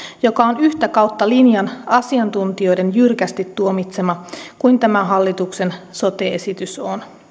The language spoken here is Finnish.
joka on yhtä kautta linjan asiantuntijoiden jyrkästi tuomitsema kuin tämä hallituksen sote esitys